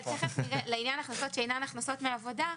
לעניין הכנסות שאינן הכנסות מעבודה,